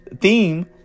theme